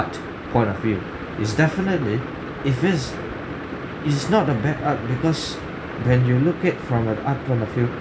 art point of view it's definitely if it's it's not a bad art because when you look it from an art point of view